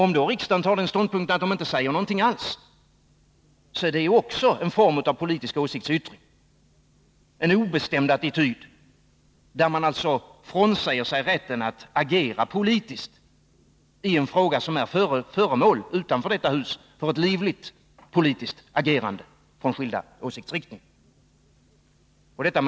Om då riksdagen tar den ståndpunkten att den inte säger någonting alls, är det också en form av politisk åsiktsyttring: en obestämd attityd där man frånsäger sig rätten att agera politiskt i en fråga som utanför detta hus är föremål för ett livligt politiskt agerande från skilda åsiktsriktningar.